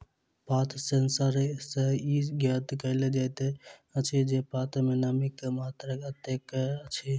पात सेंसर सॅ ई ज्ञात कयल जाइत अछि जे पात मे नमीक मात्रा कतेक अछि